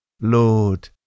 Lord